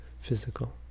physical